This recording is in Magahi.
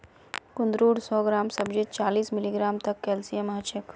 कुंदरूर सौ ग्राम सब्जीत चालीस मिलीग्राम तक कैल्शियम ह छेक